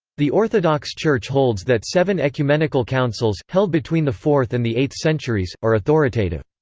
the orthodox church holds that seven ecumenical councils, held between the fourth and the eighth centuries, are authoritative.